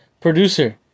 Producer